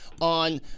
on